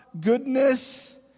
goodness